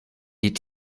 die